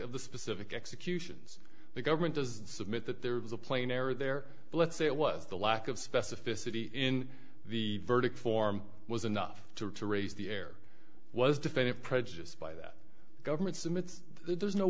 of the specific executions the government does submit that there was a plain error there let's say it was the lack of specificity in the verdict form was enough to raise the air was definitive prejudiced by that government's admits there's no